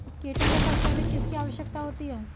कीटों को सबसे अधिक किसकी आवश्यकता होती है?